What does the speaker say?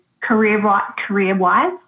career-wise